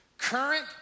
current